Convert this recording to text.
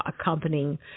accompanying